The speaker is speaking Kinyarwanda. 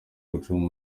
gucunga